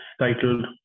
titled